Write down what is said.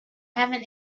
have